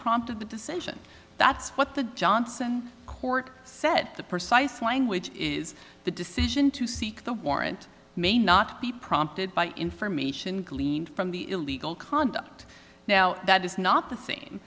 prompted the decision that's what the johnson court said the precise language is the decision to seek the warrant may not be prompted by information gleaned from the illegal conduct now that is not